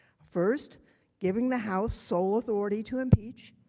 first giverring the house sole authority to impeach.